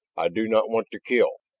i do not want to kill!